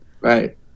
Right